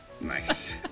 nice